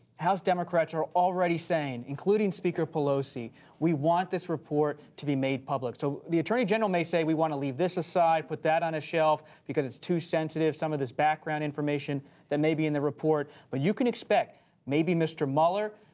house democrats are already saying including speaker pelosi, we want this report to be made public. so the attorney general may say, we want to leave this aside, put that on a shelf because it's too sensitive, some of this background information that may be in the report. but you can expect maybe mr. mueller,